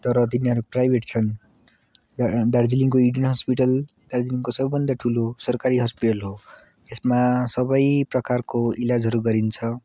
तर तिनीहरू प्राइभेट छन् दार्जिलिङको इडेन हस्पिटल दार्जिलिङको सबभन्दा ठुलो सरकारी हस्पिटल हो यसमा सबै प्रकारको इलाजहरू गरिन्छ